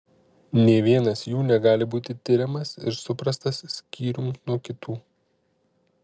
nė vienas jų negali būti tiriamas ir suprastas skyrium nuo kitų